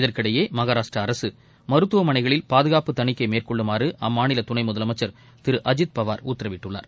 இதற்கிடையே மனராஷ்டரா அரசு மருத்துவமனைகளில் பாதுனப்பு தணிக்கை மேற்கொள்ளுமாறு அம்மாநில துணை முதலமைச்சர் திரு அஜித் பவார் உத்தரவிட்டுள்ளார்